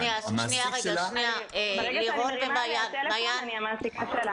ברגע שאני מרימה אליה טלפון, אני המעסיקה שלה.